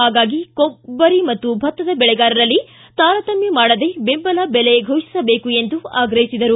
ಹಾಗಾಗಿ ಕೊಬ್ಬರಿ ಮತ್ತು ಭತ್ತದ ಬೆಳೆಗಾರರಲ್ಲಿ ತಾರತಮ್ನ ಮಾಡದೇ ಬೆಂಬಲ ಬೆಲೆ ಘೋಷಿಸಬೇಕು ಎಂದು ಆಗ್ರಹಿಸಿದರು